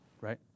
right